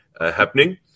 happening